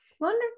Wonderful